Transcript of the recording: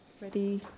Ready